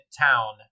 Town